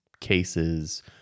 cases